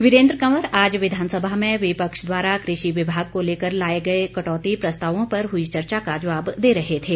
वीरेंद्र कंवर आज विधानसभा में विपक्ष द्वारा कृषि विभाग को लेकर लाए गए कटौती प्रस्तावों पर हुई चर्चा का जवाब दे रहे थे